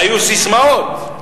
היו ססמאות: